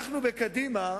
אנחנו, בקדימה,